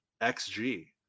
xg